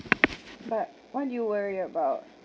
but what do you worry about